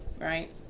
right